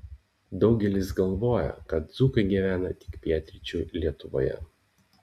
daugelis galvoja kad dzūkai gyvena tik pietryčių lietuvoje